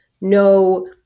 no